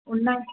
ఉన్నాయా